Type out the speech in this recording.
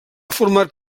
format